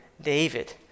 David